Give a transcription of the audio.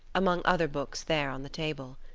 among other books there on the table.